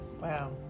Wow